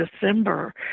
December